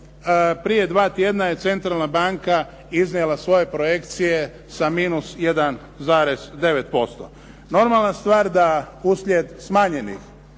Prije dva tjedna je centralna banka iznijela svoje projekcije sa minus 1,9%. Normalna stvar da uslijed smanjenih